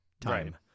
time